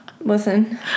Listen